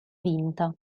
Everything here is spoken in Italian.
vinta